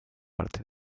parte